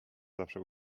zawsze